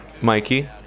Mikey